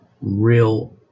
real